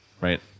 right